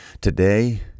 Today